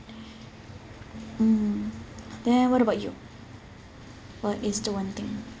mm then what about you what is the one thing